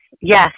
Yes